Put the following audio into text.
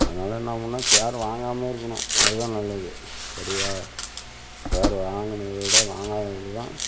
அதனால என்ன பண்ணும் சேர் வாங்காமையே இருக்கணும் அது தான் நல்லது சரியா சேர் வாங்குறதை விட வாங்காதது தான்